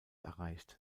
erreicht